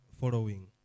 following